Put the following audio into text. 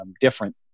different